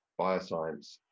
bioscience